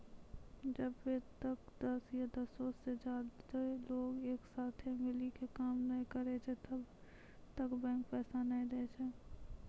जब्बै तक दस या दसो से ज्यादे लोग एक साथे मिली के काम नै करै छै तब्बै तक बैंक पैसा नै दै छै